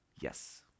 Yes